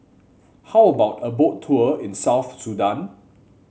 how about a Boat Tour in South Sudan